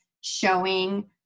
showing